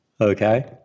okay